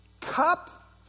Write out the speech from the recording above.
Cup